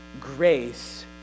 grace